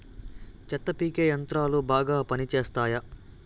చెత్త పీకే యంత్రాలు బాగా పనిచేస్తాయా?